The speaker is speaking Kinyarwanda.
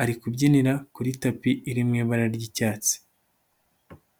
Ari kubyinira kuri tapi iri mo ibara ry'icyatsi.